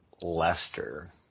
Leicester